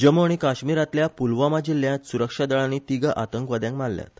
जम्मू आनी काश्मीरातल्या पुलवामा जिल्यांत सुरक्षा दळानी तिगा आतंकवाद्यांक मारल्यात